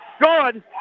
Good